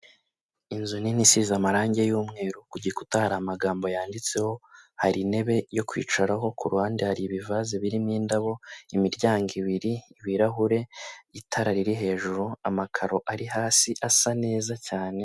Inzu nini isize amarange y'umweru ku gikuta hari amagambo yanditseho, hari intebe yo kwicaraho ku ruhande hari ibivaze birimo indabo, imiryango ibiri, ibirahure, itara riri hejuru, amakaro ari hasi asa neza cyane.